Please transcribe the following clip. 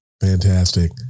Fantastic